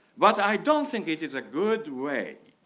but i don't think it is a good way.